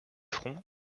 front